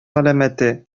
галәмәте